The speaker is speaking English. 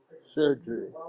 surgery